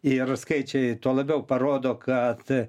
ir skaičiai tuo labiau parodo kad